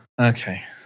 Okay